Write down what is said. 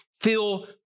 feel